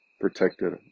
protected